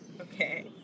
Okay